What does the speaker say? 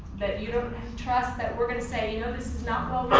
that you don't trust that we're going to say you know this is not